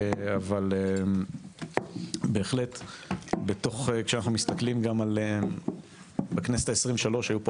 אבל בהחלט כשאנחנו מסתכלים גם על הכנסת ה-23 אז היו פה